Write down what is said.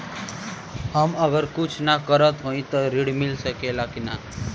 हम अगर कुछ न करत हई त ऋण मिली कि ना?